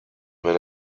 per